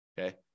Okay